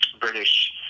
British